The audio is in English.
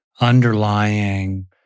underlying